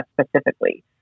specifically